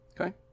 Okay